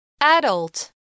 adult